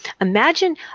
Imagine